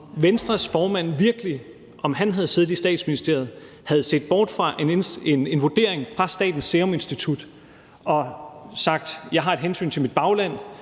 Venstres formand virkelig, hvis han havde siddet i Statsministeriet, havde set bort fra en vurdering fra Statens Serum Institut og sagt: Jeg har et hensyn til mit bagland,